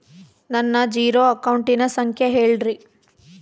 ನನ್ನ ಜೇರೊ ಅಕೌಂಟಿನ ಸಂಖ್ಯೆ ಹೇಳ್ರಿ?